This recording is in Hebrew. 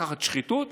לקחת שחיתות,